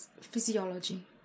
physiology